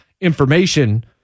information